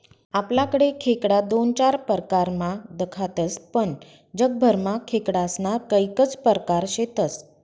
आपलाकडे खेकडा दोन चार परकारमा दखातस पण जगभरमा खेकडास्ना कैकज परकार शेतस